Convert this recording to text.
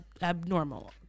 abnormal